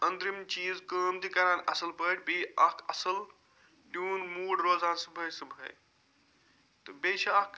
أنٛدرِم چیٖز کٲم تہِ کَران اصٕل پٲٹھۍ بیٚیہِ اکھ اصٕل ٹیوٗن موٗڈ روزان صُبحٲے صُبحٲے تہٕ بیٚیہِ چھِ اکھ